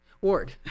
Ward